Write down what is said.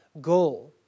goal